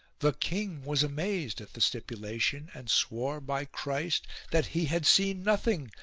the king was amazed at the stipulation, and swore, by christ, that he had seen nothing,